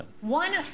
One